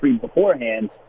beforehand